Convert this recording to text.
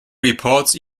reports